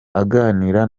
aganira